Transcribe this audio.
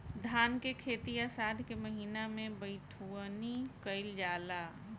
धान के खेती आषाढ़ के महीना में बइठुअनी कइल जाला?